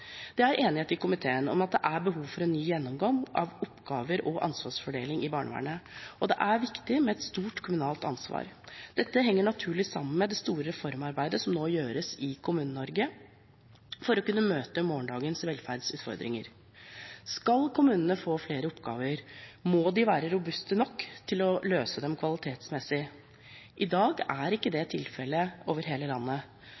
Det er enighet i komiteen om at det er behov for en ny gjennomgang av oppgave- og ansvarsfordelingen i barnevernet, og at det er viktig med et stort kommunalt ansvar. Dette henger naturlig sammen med det store reformarbeidet som nå gjøres i Kommune-Norge for å kunne møte morgendagens velferdsutfordringer. Skal kommunene få flere oppgaver, må de være robuste nok til å kunne løse dem kvalitetsmessig. I dag er ikke det tilfellet over hele landet.